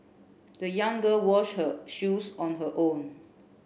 the young girl wash her shoes on her own